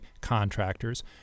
contractors